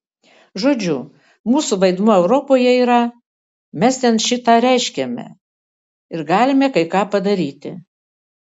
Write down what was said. žodžiu mūsų vaidmuo europoje yra mes ten šį tą reiškiame ir galime kai ką padaryti